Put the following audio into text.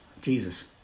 Jesus